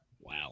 Wow